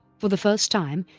for the first time,